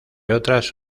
otras